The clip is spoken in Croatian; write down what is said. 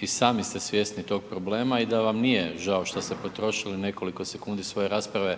i sami ste svjesni tog problema i da vam nije žao što ste potrošili nekoliko sekundi svoje rasprave